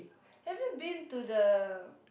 have you been to the